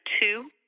two